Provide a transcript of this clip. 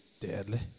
deadly